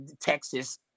Texas